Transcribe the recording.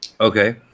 Okay